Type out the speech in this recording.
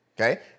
okay